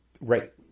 Right